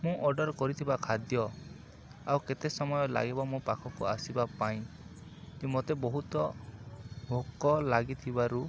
ମୁଁ ଅର୍ଡର୍ କରିଥିବା ଖାଦ୍ୟ ଆଉ କେତେ ସମୟ ଲାଗିବ ମୋ ପାଖକୁ ଆସିବା ପାଇଁକି ମୋତେ ବହୁତ ଭୋକ ଲାଗିଥିବାରୁ